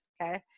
Okay